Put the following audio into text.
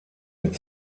mit